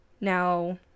Now